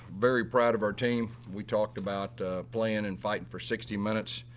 very proud of our team, we talked about playing and fighting for sixty minutes.